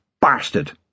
Bastard